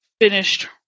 finished